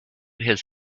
his